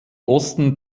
osten